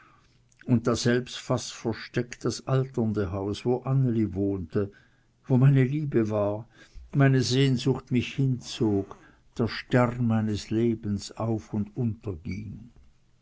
und daselbst fast versteckt das alternde haus wo anneli wohnte wo meine liebe war meine sehnsucht mit hinzog der stern meines lebens auf und